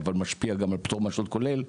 אבל משפיע על פטור מאשרות כולל,